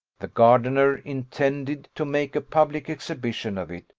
the gardener intended to make a public exhibition of it,